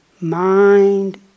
mind